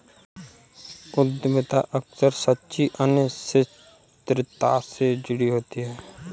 उद्यमिता अक्सर सच्ची अनिश्चितता से जुड़ी होती है